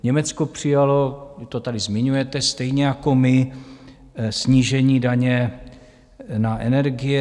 Německo přijalo to tady zmiňujete, stejně jako my snížení daně na energie.